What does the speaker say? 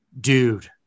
dude